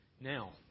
Now